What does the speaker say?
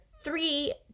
three